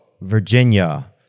Virginia